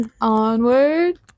Onward